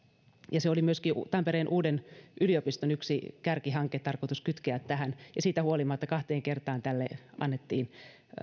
tarkoitus oli myöskin tampereen uuden yliopiston yksi kärkihanke kytkeä tähän ja siitä huolimatta kahteen kertaan tälle annettiin